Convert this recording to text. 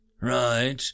Right